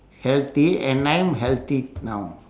healthy and I'm healthy now